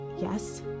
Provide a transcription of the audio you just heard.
Yes